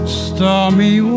stormy